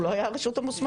הוא לא היה הרשות המוסמכת.